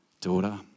daughter